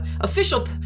official